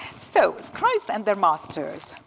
so scribes and their masters.